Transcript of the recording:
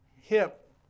hip